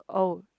oh